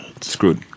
screwed